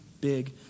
big